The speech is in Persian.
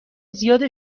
زیاد